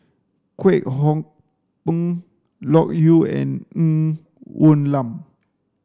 Kwek Hong Png Loke Yew and Ng Woon Lam